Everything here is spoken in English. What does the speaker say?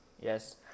Yes